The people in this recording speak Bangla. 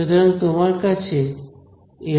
সুতরাং তোমার আছে Li